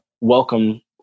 welcome